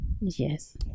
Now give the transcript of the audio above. Yes